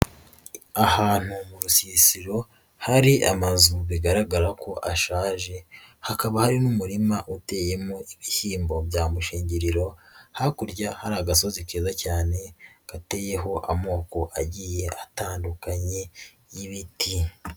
Ahantu mu rusisiro hari amazu bigaragara ko ashaje hakaba hari n'umurima uteyemo ibishyimbo bya mushingiriro, hakurya hari agasozi keza cyane gateyeho amoko agiye atandukanye y'ibiti.